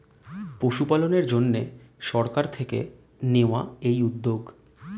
পশুপালনের জন্যে সরকার থেকে নেওয়া এই উদ্যোগ